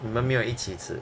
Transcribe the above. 你们没有一起吃